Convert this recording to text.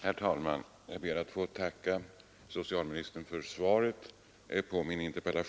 Herr talman! Jag ber att få tacka socialministern för svaret.